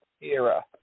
era